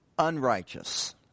unrighteous